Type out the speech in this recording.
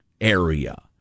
area